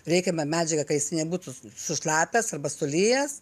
reikiama medžiaga kad jis nebūtų sušlapęs arba sulijęs